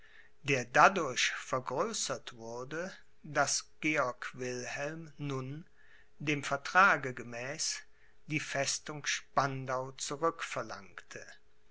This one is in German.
der dadurch vergrößert wurde daß georg wilhelm nun dem vertrage gemäß die festung